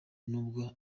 nubwo